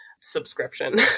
subscription